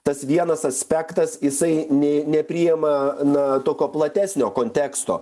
tas vienas aspektas jisai nė nepriima na tokio platesnio konteksto